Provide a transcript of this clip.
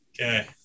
Okay